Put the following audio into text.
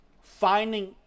finding